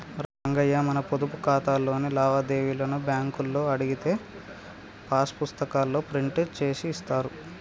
రంగయ్య మన పొదుపు ఖాతాలోని లావాదేవీలను బ్యాంకులో అడిగితే పాస్ పుస్తకాల్లో ప్రింట్ చేసి ఇస్తారు